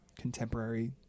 contemporary